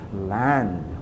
Land